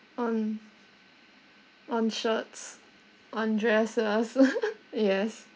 on on shirts on dresses yes